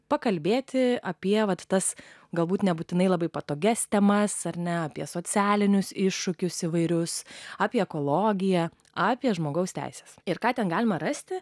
pakalbėti apie vat tas galbūt nebūtinai labai patogias temas ar ne apie socialinius iššūkius įvairius apie ekologiją apie žmogaus teises ir ką ten galima rasti